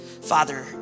Father